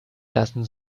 lassen